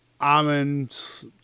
almonds